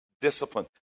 discipline